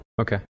Okay